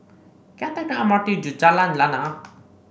can I take the M R T to Jalan Lana